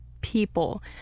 people